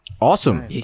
Awesome